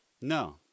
No